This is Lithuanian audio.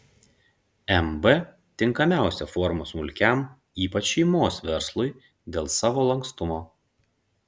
mb tinkamiausia forma smulkiam ypač šeimos verslui dėl savo lankstumo